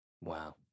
wow